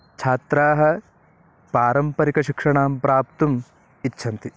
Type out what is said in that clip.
छात्राः पारम्परिकशिक्षणं प्राप्तुम् इच्छन्ति